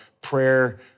prayer